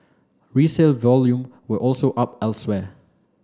resale volume were also up elsewhere